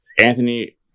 Anthony